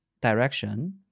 direction